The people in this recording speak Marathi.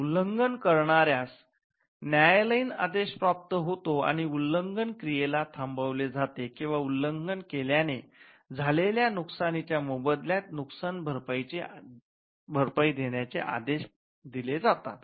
उल्लंघन करणार्यास न्यायालयीन आदेश प्राप्त होतो आणि उल्लंघन क्रियेला थांबवले जाते किंवा उल्लंघन केल्याने झालेल्या नुकसानीच्या मोबदल्यात नुकसान भरपाईचे देण्याचे आदेश दिले जातात